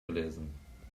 gelesen